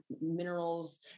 minerals